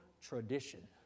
tradition